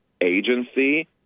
agency